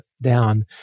down